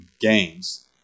games